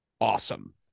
awesome